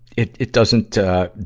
it, it doesn't, ah,